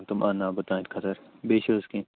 تِم اَنٛناو بہٕ تُہنٛدِ خٲطر بیٚیہِ چھُو حظ کیٚنٛہہ